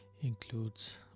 includes